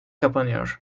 kapanıyor